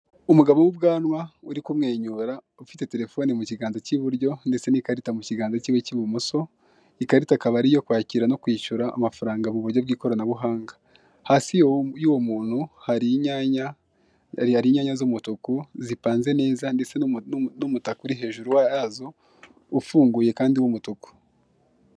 Umugabo w'ubwanwa uri kumwenyura ufite terefone mu kiganza k'iburyo, ndetse n'ikarita mu kiganza cyiwe cy'ibumoso, ikarita ikaba ariyo kwakira no kwishyura amafaranga mu buryo bw'ikoranabuhanga. Hasi y'uwo muntu hari inyanya, hari inyanya z'umutuku, zipanze neza ndetse n'umutaka uri hejuru yazo ufunguye kandi w'umutuku.